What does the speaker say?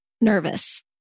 nervous